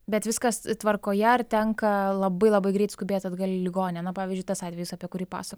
bet viskas tvarkoje ar tenka labai labai greit skubėt atgal į ligoninę na pavyzdžiui tas atvejis apie kurį pasak